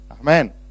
amen